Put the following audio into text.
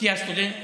האוניברסיטה סגורה.